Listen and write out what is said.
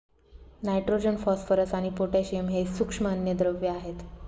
nitrogen, phosphorus आणि potassium हे सूक्ष्म अन्नद्रव्ये आहेत